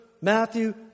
Matthew